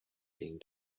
being